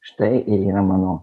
štai ir yra mano